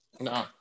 No